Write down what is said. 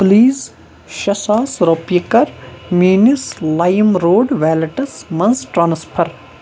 please شےٚ ساس رۄپیہِ کر میٛٲنِس لایِم روڈ ویلِٹَس منٛز ٹرٛانٕسفر